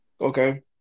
Okay